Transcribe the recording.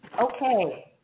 okay